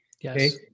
Yes